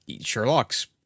Sherlock's